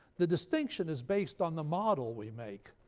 the distinction is based on the model we make.